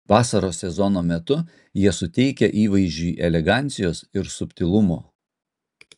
vasaros sezono metu jie suteikia įvaizdžiui elegancijos ir subtilumo